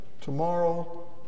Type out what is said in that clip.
Tomorrow